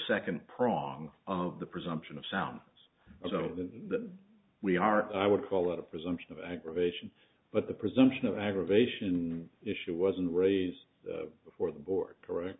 second prong of the presumption of sounds as though the we are i would call it a presumption of aggravation but the presumption of aggravation issue wasn't raised before the board correct